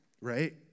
right